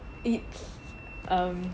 it's um